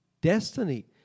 destiny